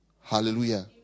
Hallelujah